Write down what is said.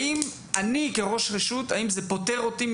האם זה פוטר אותי,